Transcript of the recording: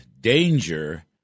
danger